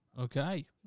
Okay